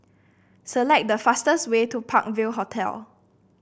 select the fastest way to Park View Hotel